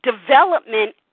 development